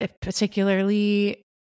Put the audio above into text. particularly